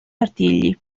artigli